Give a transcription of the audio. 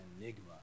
enigma